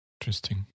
Interesting